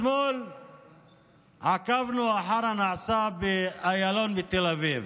אתמול עקבנו אחר הנעשה באיילון בתל אביב,